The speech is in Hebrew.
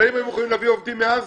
החקלאים היום יכולים להביא עובדים מעזה,